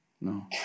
No